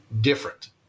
different